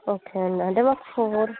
okay అండి అంటే మాకు ఫోర్